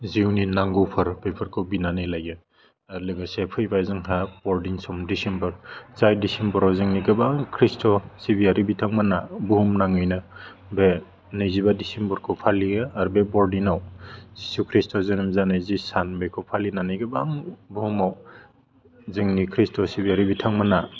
जिउनि नांगौफोर बेफोरखौ बिनानै लायो आरो लोगोसे फैबा जोंहा बर'डिन सम डिसेम्बर जाय डिसेम्बराव जोंनि गोबां ख्रिष्ट' सिबियारि बिथांमोनहा भुहुमनाङैनो बे नैजिबा डिसेम्बरखौ फालियो आरो बे बरडिनाव जिशु ख्रिष्ट' जोनोम जानाय जि सान बेखौ फालिनानै गोबां भुहुमाव जोंनि ख्रिष्ट' सिबियारि बिथांमोनहा